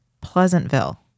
Pleasantville